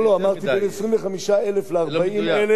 אמרתי בין 25,000 ל-40,000,